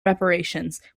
reparations